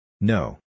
No